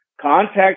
Contact